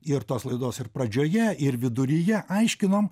ir tos laidos ir pradžioje ir viduryje aiškinom